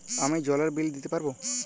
আমি জলের বিল দিতে পারবো?